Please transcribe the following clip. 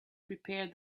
prepared